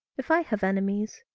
if i have enemies,